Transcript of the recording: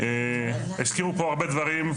הזכירו פה הרבה דברים,